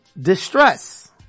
distress